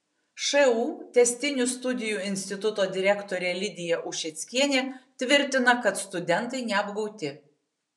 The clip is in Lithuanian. šu tęstinių studijų instituto direktorė lidija ušeckienė tvirtina kad studentai neapgauti